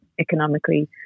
economically